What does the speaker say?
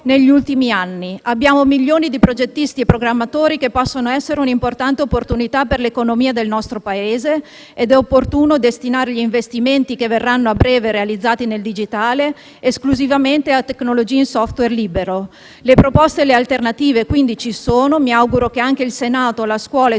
negli ultimi anni. Abbiamo milioni di progettisti e programmatori che possono essere un'importante opportunità per l'economia del nostro Paese ed è opportuno destinare gli investimenti che verranno a breve realizzati nel digitale esclusivamente a tecnologie in *software* libero. Le proposte e le alternative quindi ci sono e mi auguro che anche il Senato, la scuola e